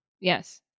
yes